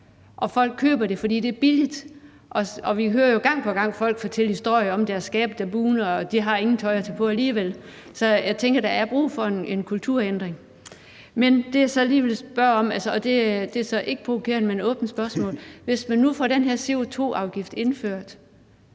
og folk køber det, fordi det er billigt. Og vi hører jo gang på gang folk fortælle historier om deres skabe, der bugner, og at de ikke har noget tøj at tage på alligevel. Så jeg tænker, at der er brug for en kulturændring. Men jeg vil så lige spørge om noget andet, og det er ikke provokerende, men et åbent spørgsmål: Hvis man nu får den her CO2-afgift indført